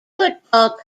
football